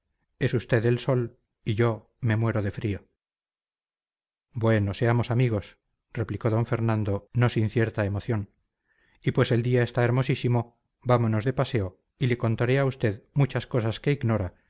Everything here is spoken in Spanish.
es usted el sol y yo me muero de frío bueno seamos amigos replicó d fernando no sin cierta emoción y pues el día está hermosísimo vámonos de paseo y le contaré a usted muchas cosas que ignora